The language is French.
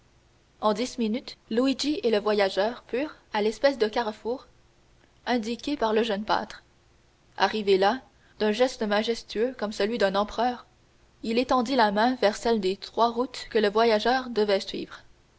en dix minutes luigi et le voyageur furent à l'espèce de carrefour indiqué par le jeune pâtre arrivés là d'un geste majestueux comme celui d'un empereur il étendit la main vers celle des trois routes que le voyageur devait suivre